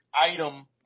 item